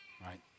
right